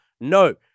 No